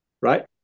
right